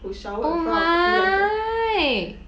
who showered in front of people